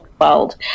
world